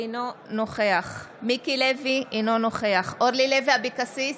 אינו נוכח מיקי לוי, אינו נוכח אורלי לוי אבקסיס,